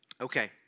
Okay